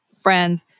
friends